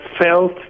felt